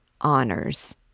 Honors